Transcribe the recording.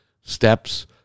steps